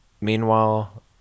Meanwhile